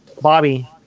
Bobby